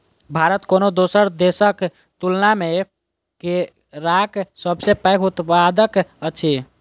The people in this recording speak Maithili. भारत कोनो दोसर देसक तुलना मे केराक सबसे पैघ उत्पादक अछि